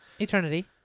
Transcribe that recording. Eternity